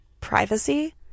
Privacy